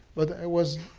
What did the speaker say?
but i was,